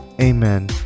amen